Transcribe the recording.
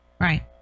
Right